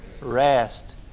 Rest